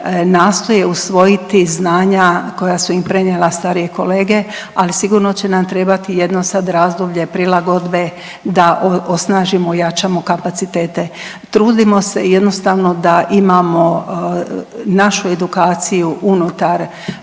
nastoje usvojiti znanja koja su im prenijela starije kolege, ali sigurno će nam trebati jedno sad razdoblje prilagodbe da osnažimo, ojačamo kapacitete. Trudimo se jednostavno da imamo našu edukaciju unutar